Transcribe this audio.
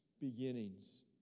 beginnings